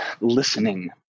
listening